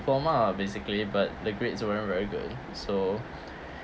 diploma ah basically but the grades weren't very good so